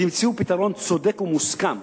ותמצאו פתרון צודק ומוסכם,